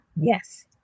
Yes